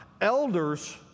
Elders